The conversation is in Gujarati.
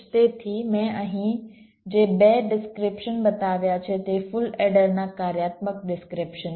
તેથી મેં અહીં જે 2 ડિસ્ક્રીપ્શન બતાવ્યા છે તે ફુલ એડરના કાર્યાત્મક ડિસ્ક્રીપ્શન છે